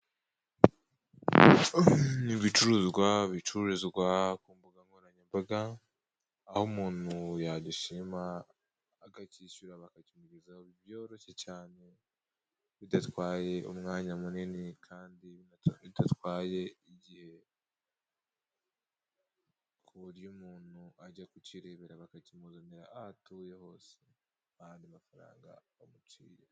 Ibicuruzwa bicururizwa ku mbuga nkoranyambaga. Aho umuntu yagishima akakishyura, bakakimuzanira byoroshye cyane. Bidatwaye umwanya munini kandi bidatwaye igihe. Ku buryo umuntu ajya kukirebera bakakimuzanira aho atuye hose, ntayandi mafaranga bamuciye.